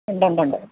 ഉണ്ട് ഉണ്ട് ഉണ്ട്